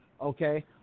Okay